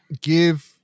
give